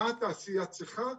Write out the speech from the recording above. מה התעשייה צריכה,